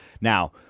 Now